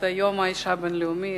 את יום האשה הבין-לאומי,